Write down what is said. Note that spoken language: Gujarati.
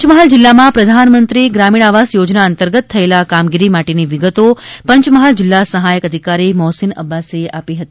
પંચમહાલ જિલ્લામાં પ્રધાનમંત્રી આવાસ યોજના અંતર્ગત થયેલા કામગીરી માટેની વિગતો પંચહાલ જિલ્લા સહાયક અધિકારી મોહસીન અબ્બાસીએ આપી હતી